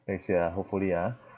next year ah hopefully ah